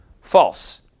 False